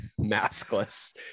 maskless